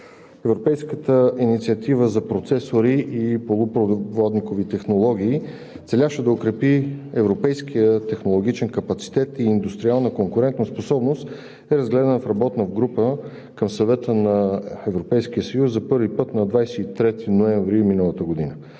Европейската инициатива за процесори и полупроводникови технологии, целяща да укрепи европейския технологичен капацитет и индустриална конкурентоспособност, е разгледана в работна група към Съвета на Европейския съюз за първи път на 23 ноември миналата година.